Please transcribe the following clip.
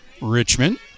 Richmond